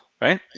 right